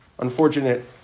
Unfortunate